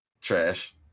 Trash